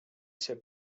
się